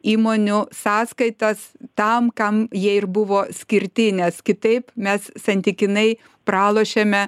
įmonių sąskaitas tam kam jie ir buvo skirti nes kitaip mes santykinai pralošiame